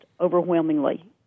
overwhelmingly